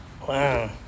Wow